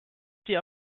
die